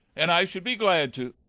and i should be glad to.